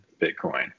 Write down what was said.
Bitcoin